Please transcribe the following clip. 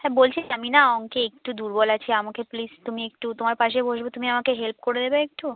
হ্যাঁ বলছি আমি না অঙ্কে একটু দুর্বল আছি আমাকে প্লিজ তুমি একটু তোমার পাশে বসবো তুমি আমাকে হেল্প করে দেবে একটু